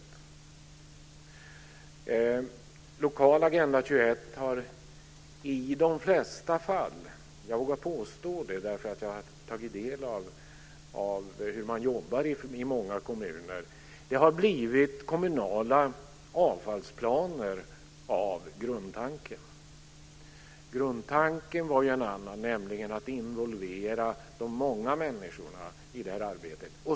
När det gäller lokal Agenda 21 har det i de flesta fall - jag vågar påstå det, för jag har tagit del av hur man jobbar i många kommuner - blivit kommunala avfallsplaner av grundtanken. Grundtanken var ju en annan, nämligen att involvera de många människorna i det här arbetet.